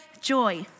joy